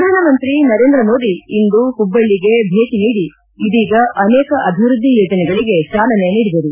ಪ್ರಧಾನಮಂತ್ರಿ ನರೇಂದ್ರ ಮೋದಿ ಇಂದು ಹುಬ್ಬಳ್ಳಿಗೆ ಭೇಟಿ ನೀಡಿ ಇದೀಗ ಅನೇಕ ಅಭಿವೃದ್ದಿ ಯೋಜನೆಗಳಿಗೆ ಚಾಲನೆ ನೀಡಿದರು